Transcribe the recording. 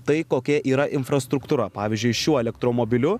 tai kokia yra infrastruktūra pavyzdžiui šiuo elektromobiliu